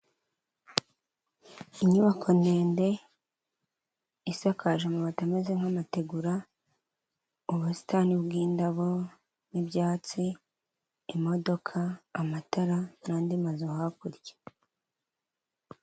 Inyubako ndende isakaje amabati ameze nk'amategura ubusitani bwindabo n'ibyatsi imodoka amatara n'andi mazu hakurya.